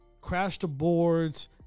crash-the-boards